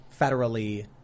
federally